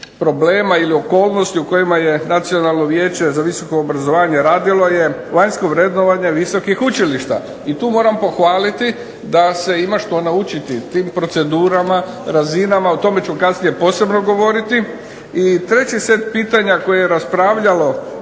problema ili okolnosti u kojima je Nacionalno vijeće za visoko obrazovanje radilo je vanjsko vrednovanje visokih učilišta i tu moram pohvaliti da se ima što naučiti tim procedurama, razinama o tome ću kasnije posebno govoriti. I treći set pitanja koje je raspravljalo